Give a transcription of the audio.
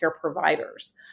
providers